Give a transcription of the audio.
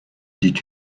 dit